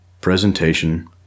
presentation